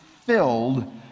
filled